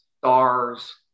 stars